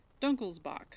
dunkelsbach